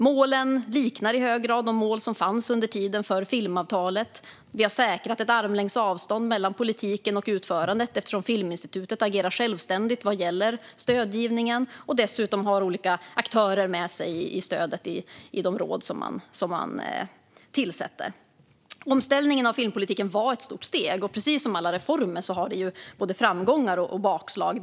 Målen liknar i hög grad de mål som fanns under filmavtalets tid. Vi har säkrat ett armlängds avstånd mellan politiken och utförandet eftersom Filminstitutet agerar självständigt vad gäller stödgivningen och dessutom i de råd man tillsätter har olika aktörer med sig i besluten om stöd. Omställningen av filmpolitiken var ett stort steg, och precis som alla reformer har den fört med sig både framgångar och bakslag.